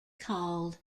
called